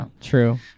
True